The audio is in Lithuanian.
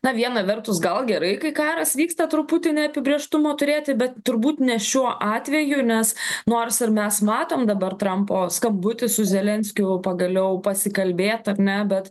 na viena vertus gal gerai kai karas vyksta truputį neapibrėžtumo turėti bet turbūt ne šiuo atveju nes nors ir mes matom dabar trampo skambutį su zelenskiu pagaliau pasikalbėt ar ne bet